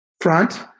Front